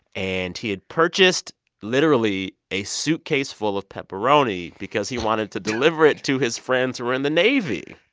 and he had purchased literally a suitcase full of pepperoni because he wanted to deliver it to his friends who were in the navy.